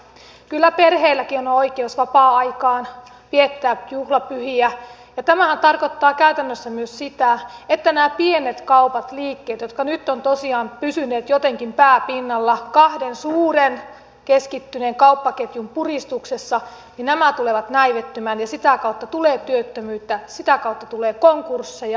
kyllä perheilläkin on oikeus vapaa aikaan oikeus viettää juhlapyhiä ja tämähän tarkoittaa käytännössä myös sitä että nämä pienet kaupat liikkeet jotka nyt ovat tosiaan pysyneet jotenkin pää pinnalla kahden suuren keskittyneen kauppaketjun puristuksessa tulevat näivettymään ja sitä kautta tulee työttömyyttä sitä kautta tulee konkursseja